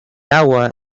agua